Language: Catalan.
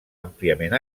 àmpliament